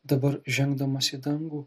dabar žengdamas į dangų